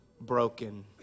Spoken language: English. broken